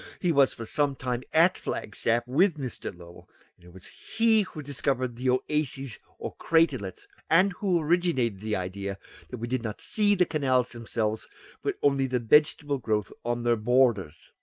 he was for some time at flagstaff with mr. lowell, and it was he who discovered the oases or craterlets, and who originated the idea that we did not see the canals themselves but only the vegetable growth on their borders.